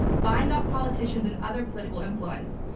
buying off politicians and other political influence.